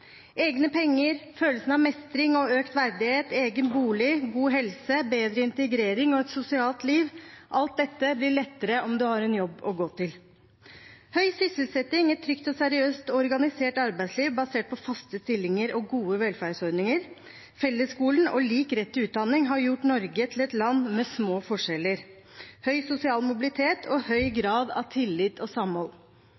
Egne penger, følelsen av mestring og økt verdighet, egen bolig, god helse, bedre integrering og et sosialt liv – alt dette blir lettere om man har en jobb å gå til. Høy sysselsetting, et trygt, seriøst og organisert arbeidsliv basert på faste stillinger, gode velferdsordninger, fellesskolen og lik rett til utdanning har gjort Norge til et land med små forskjeller, høy sosial mobilitet og høy